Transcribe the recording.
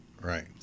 Right